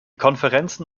konferenzen